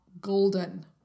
golden